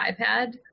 ipad